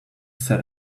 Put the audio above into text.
set